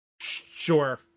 Sure